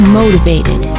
motivated